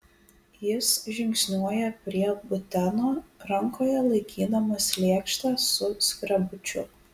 jis žingsniuoja prie buteno rankoje laikydamas lėkštę su skrebučiu